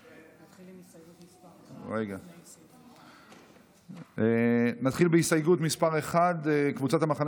נתחיל בהסתייגות מס' 1. קבוצת המחנה